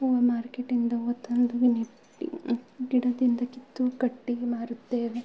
ಹೂವು ಮಾರ್ಕೆಟಿಂದ ಹೂವು ತಂದು ನೆಟ್ ಗಿಡದಿಂದ ಕಿತ್ತು ಕಟ್ಟಿ ಮಾರುತ್ತೇವೆ